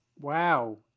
Wow